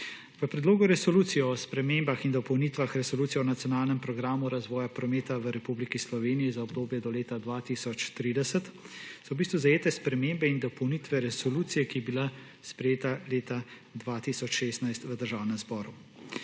V Predlogu resolucije o spremembah in dopolnitvah Resolucije o nacionalnem programu razvoja prometa v Republiki Sloveniji za obdobje do leta 2030 so v bistvu zajete spremembe in dopolnitve resolucije, ki je bila sprejeta leta 2016 v Državnem zboru.